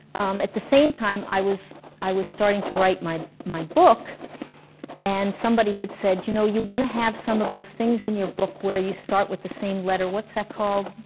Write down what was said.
um, at the same time i was i was starting to write my my book and somebody had said, you know, you want to have some of those things in your book where you start with the same letter. what's that called?